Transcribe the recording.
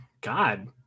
God